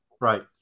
Right